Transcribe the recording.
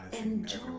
enjoy